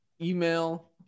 email